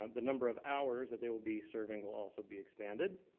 um the number of hours that they will be serving will also be expanded,